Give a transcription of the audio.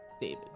David